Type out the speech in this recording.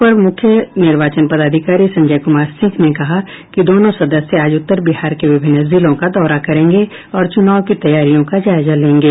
अपर मुख्य निर्वाचन पदाधिकारी संजय कुमार सिंह ने कहा कि दोनों सदस्य आज उत्तर बिहार के विभिन्न जिलों का दौरा करेंगे और चुनाव की तैयारियों का जायजा लेंगे